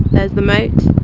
there's the moat,